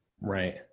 right